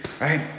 right